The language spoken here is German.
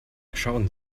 schauen